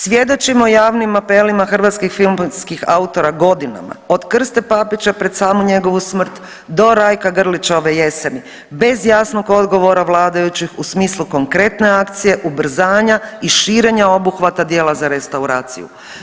Svjedočimo javnim apelima hrvatskih filmskih autora godinama od Krste Papića pred samu njegovu smrt do Rajka Grlića ove jeseni bez jasnog odgovora vladajućih u smislu konkretne akcije ubrzanja i širenja obuhvata dijela za restauraciju.